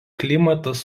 klimatas